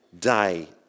day